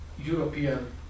European